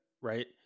right